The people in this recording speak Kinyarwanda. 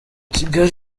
kigali